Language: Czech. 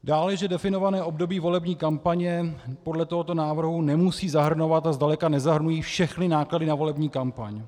Dále, že definované období volební kampaně podle tohoto návrhu nemusí zahrnovat a zdaleka nezahrnuje všechny náklady na volební kampaň.